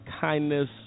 kindness